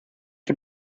für